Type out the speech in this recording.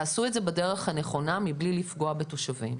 תעשו את זה בדרך הנכונה מבלי לפגוע בתושבים.